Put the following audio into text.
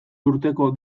urteko